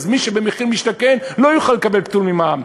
אז מי שבמחיר משתכן לא יוכל לקבל פטור ממע"מ.